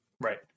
Right